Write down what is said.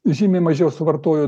žymiai mažiau suvartojo